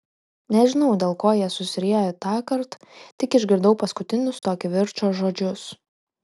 nežinau dėl ko jie susiriejo tąkart tik išgirdau paskutinius to kivirčo žodžius